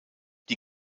die